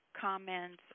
comments